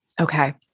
Okay